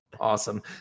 Awesome